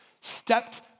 stepped